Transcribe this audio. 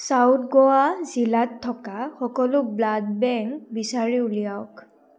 south Goa জিলাত থকা সকলো ব্লাড বেংক বিচাৰি উলিয়াওক